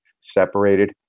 separated